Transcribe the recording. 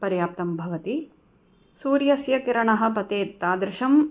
पर्याप्तं भवति सूर्यस्य किरणः पतेत् तादृशम्